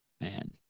Man